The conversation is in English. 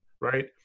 right